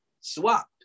swapped